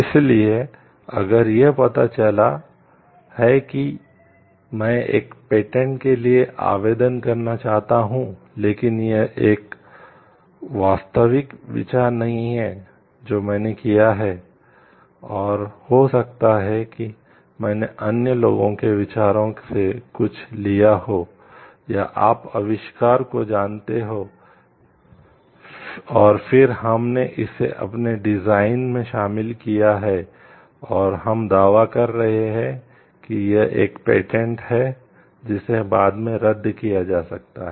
इसलिए अगर यह पता चला है कि मैं एक पेटेंट है जिसे बाद में रद्द किया जा सकता है